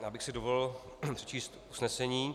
Já bych si dovolil přečíst usnesení.